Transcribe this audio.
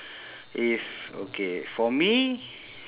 if okay for me